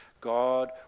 God